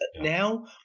now